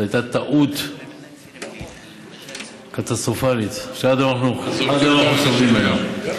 זו הייתה טעות קטסטרופלית שעד היום אנחנו סובלים ממנה.